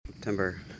September